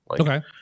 Okay